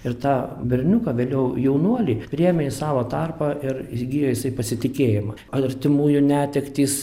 ir tą berniuką vėliau jaunuolį priėmė į savo tarpą ir įgijusį pasitikėjimą artimųjų netektys